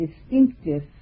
distinctive